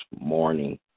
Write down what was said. morning